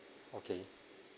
okay